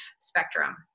spectrum